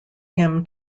him